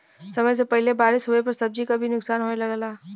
समय से पहिले बारिस होवे पर सब्जी क भी नुकसान होये लगला